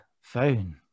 phone